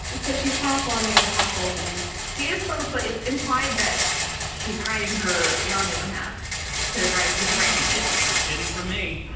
so she's half romulan, half falcon she has both. but it's implied that she's hiding her romulan half to rise through the ring. yeah. is hidden for me,